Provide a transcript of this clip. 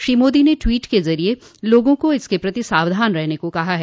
श्री मोदी ने ट्वीट के जरिए लोगों को इसके प्रति सावधान रहने को कहा है